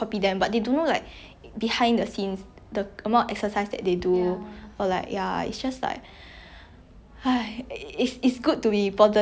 !aiya! it's good to be like body positive but you need to know the limits lah like 要知道分寸 you know